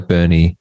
Bernie